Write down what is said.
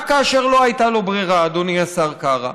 רק כאשר לא הייתה לו ברירה, אדוני השר קרא,